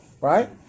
right